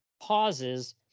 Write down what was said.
pauses